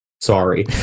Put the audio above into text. sorry